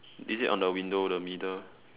is it on the window the middle